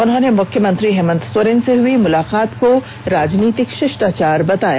उन्होंने मुख्यमंत्री हेमंत सोरेन से हुई मुलाकात को राजनीतिक षिष्टाचार बताया